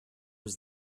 was